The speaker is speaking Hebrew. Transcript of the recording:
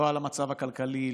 לא למצב הכלכלי,